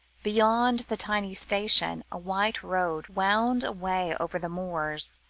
beyond the tiny station, a white road wound away over the moors,